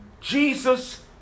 Jesus